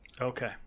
Okay